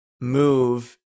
move